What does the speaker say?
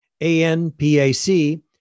ANPAC